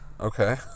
Okay